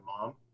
mom